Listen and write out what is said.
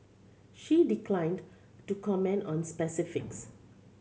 she declined to comment on specifics